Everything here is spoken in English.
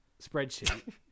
spreadsheet